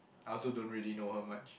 I also don't really know her much